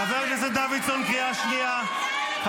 --- חברת כנסת פרידמן, קריאה שלישית, נא לצאת.